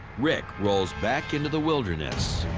rick rolls back into the wilderness.